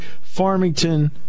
Farmington